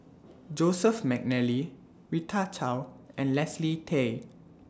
Joseph Mcnally Rita Chao and Leslie Tay